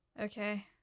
okay